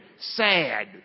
Sad